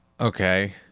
Okay